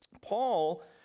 Paul